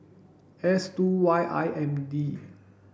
S two Y M I D